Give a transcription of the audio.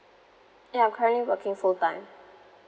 ya I'm currently working full time